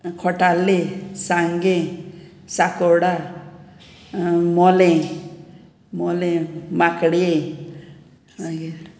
खोटाले सांगें साकोडा मोलें मोलें माकडये